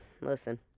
Listen